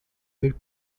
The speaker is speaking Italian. per